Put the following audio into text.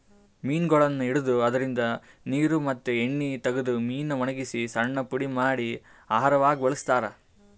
ಮೀನಗೊಳನ್ನ್ ಹಿಡದು ಅದ್ರಿನ್ದ ನೀರ್ ಮತ್ತ್ ಎಣ್ಣಿ ತಗದು ಮೀನಾ ವಣಗಸಿ ಸಣ್ಣ್ ಪುಡಿ ಮಾಡಿ ಆಹಾರವಾಗ್ ಬಳಸ್ತಾರಾ